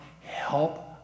help